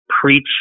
preach